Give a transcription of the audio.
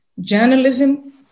journalism